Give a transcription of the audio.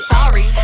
Sorry